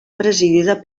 presidida